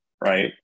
right